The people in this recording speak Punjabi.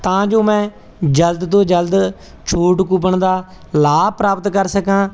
ਤਾਂ ਜੋ ਮੈਂ ਜਲਦ ਤੋਂ ਜਲਦ ਛੋਟ ਕੂਪਨ ਦਾ ਲਾਭ ਪ੍ਰਾਪਤ ਕਰ ਸਕਾਂ